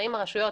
אם הרשויות